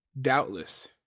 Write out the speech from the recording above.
Doubtless